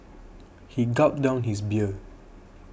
he gulped down his beer